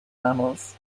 mammals